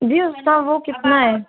जी उसका वो कितना है